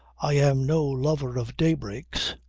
i am no lover of day-breaks.